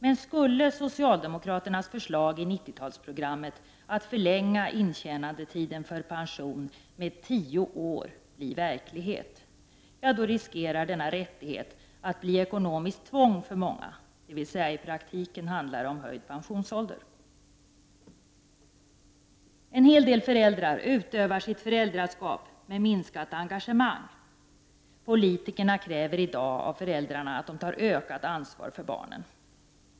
Men skulle socialdemokraternas förslag i 90-talsprogrammet, att förlänga intjänandetiden för pension med tio år, bli verklighet, då riskerar denna rättighet att bli ekonomiskt tvång för många, dvs. i praktiken handlar det om höjd pensionsålder. Många föräldrar utövar sitt föräldraskap med minskat engagemang. Politikerna kräver av föräldrarna i dag att de tar ökat ansvar för barnen.